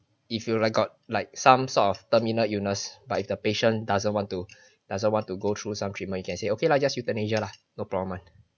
if you like got like some sort of terminal illness but if the patient doesn't want to doesn't want to go through some treatment you can say okay lah just euthanasia lah no problem [one]